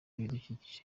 ibidukikije